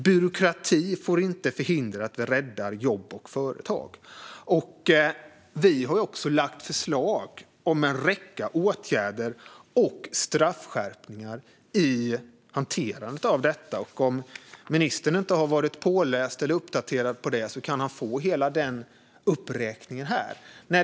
Byråkrati får inte förhindra att vi räddar jobb och företag. Vi har också lagt fram förslag om en räcka åtgärder och straffskärpningar i hanterandet av detta. Om ministern inte har varit påläst eller uppdaterad på det kan han få hela den uppräkningen här.